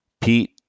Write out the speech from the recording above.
Pete